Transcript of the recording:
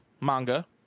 manga